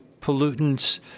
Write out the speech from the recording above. pollutants